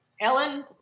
Ellen